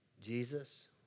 Jesus